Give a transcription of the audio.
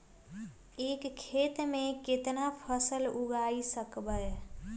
एक खेत मे केतना फसल उगाय सकबै?